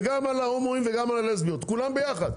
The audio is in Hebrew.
ועל ההומואים ועל הלסביות על כולם יחד.